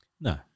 No